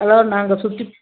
hello நாங்கள் சுற்றி